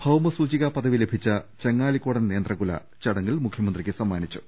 ഭൌമസൂചികാ പദവി ലഭിച്ച ചെങ്ങാലിക്കോടൻ നേന്ത്രക്കുല ചടങ്ങിൽ മുഖ്യമന്ത്രിക്ക് സമ്മാനിച്ചു